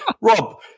Rob